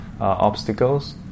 obstacles